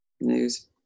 news